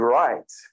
right